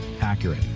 accurate